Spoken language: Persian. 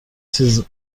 چیز